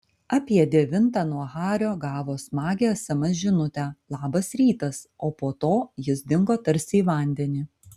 apie devintą nuo hario gavo smagią sms žinutę labas rytas o po to jis dingo tarsi į vandenį